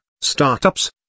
startups